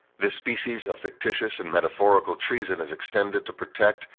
this species of fictitious and metaphorical treason is extended to protect,